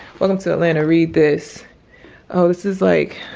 welcome to atlanta, read this. oh, this is like,